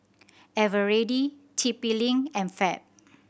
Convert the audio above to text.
Eveready T P Link and Fab